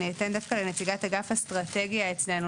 אני אתן דווקא לנציגת אגף אסטרטגיה אצלנו